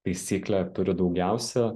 taisyklę turi daugiausia